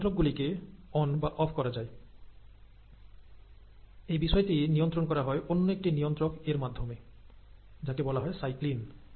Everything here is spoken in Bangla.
এই নিয়ন্ত্রক গুলিকে অন বা অফ করা যায় এই বিষয়টি নিয়ন্ত্রণ করা হয় অন্য একটি নিয়ন্ত্রক এর মাধ্যমে যাকে বলা হয় সাইক্লিন